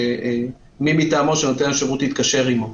"מי מטעמו שנותן השירות התקשר עמו".